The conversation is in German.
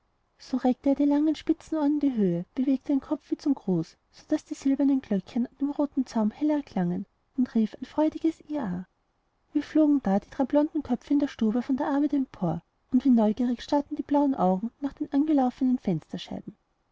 so reckte er denn die langen spitzen ohren in die höhe bewegte den kopf wie zum gruß so daß die silbernen glöckchen an dem roten zaum hell erklangen und rief ein freudiges jah wie flogen da die drei blonden köpfe in der stube von der arbeit empor und wie neugierig starrten die blauen augen nach den angelaufenen fensterscheiben